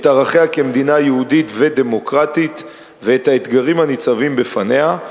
את ערכיה כמדינה יהודית ודמוקרטית ואת האתגרים הניצבים בפניה,